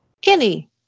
Kenny